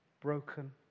broken